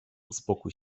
uspokój